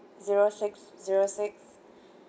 zero six zero six